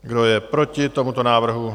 Kdo je proti tomuto návrhu?